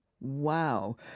Wow